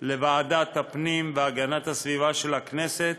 לוועדת הפנים והגנת הסביבה של הכנסת